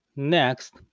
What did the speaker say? Next